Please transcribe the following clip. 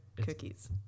cookies